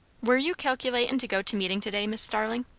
were you calculatin' to go to meetin' to-day, mis' starling?